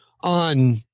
on